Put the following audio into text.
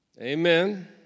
Amen